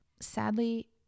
sadly